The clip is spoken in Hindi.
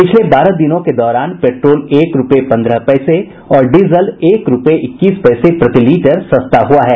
पिछले बारह दिनों के दौरान पेट्रोल एक रुपये पंद्रह पैसे और डीजल एक रुपये इक्कीस पैसे प्रतिलीटर सस्ता हुआ है